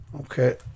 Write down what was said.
Okay